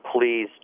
please